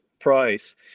price